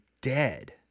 dead